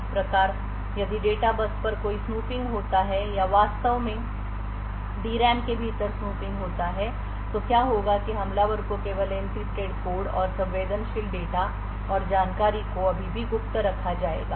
इस प्रकार यदि डेटा बस पर कोई स्नूपिंग होता है या वास्तव में डी रैम के भीतर स्नूपिंग होता है तो क्या होगा कि हमलावर को केवल एन्क्रिप्टेड कोड और संवेदनशील डेटा और जानकारी को अभी भी गुप्त रखा जाएगा